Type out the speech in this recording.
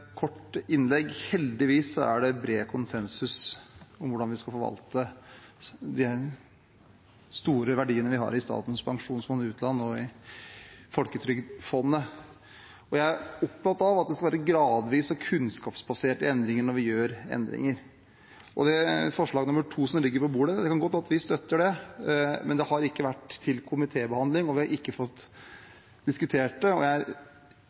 kort innlegg. Heldigvis er det bred konsensus om hvordan vi skal forvalte de store verdiene vi har i Statens pensjonsfond utland og i Folketrygdfondet. Jeg er opptatt av at vi skal gjøre gradvise og kunnskapsbaserte endringer. Det kan godt hende at vi støtter forslag nr. 2, som ligger på bordet, men det har ikke vært til komitébehandling, og vi har ikke fått diskutert det. Jeg